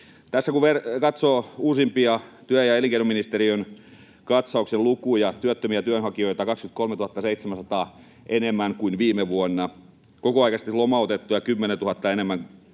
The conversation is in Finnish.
Tässä kun katsoo uusimpia työ- ja elinkeinoministeriön katsauksen lukuja — työttömiä työnhakijoita 23 700 enemmän kuin viime vuonna, kokoaikaisesti lomautettuja 10 000 enemmän kuin